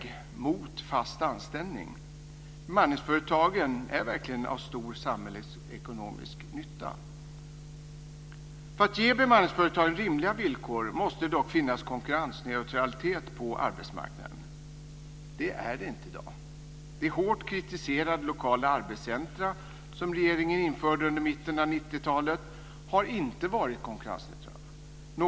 Bemanningsföretagen gör verkligen stor samhällsekonomisk nytta. För att ge bemanningsföretagen rimliga villkor måste det dock finnas konkurrensneutralitet på arbetsmarknaden. Det gör det inte i dag.